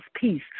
Peace